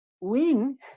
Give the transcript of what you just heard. win